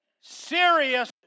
Serious